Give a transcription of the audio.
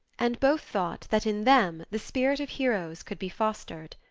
and both thought that in them the spirit of heroes could be fostered.